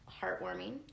Heartwarming